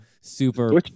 super